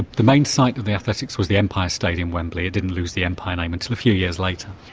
the main site of the athletics was the empire stadium, wembley it didn't lose the empire name until a few years later.